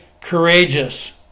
courageous